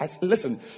listen